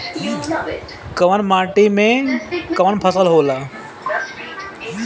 कवन माटी में कवन फसल हो ला?